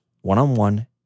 one-on-one